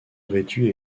réduit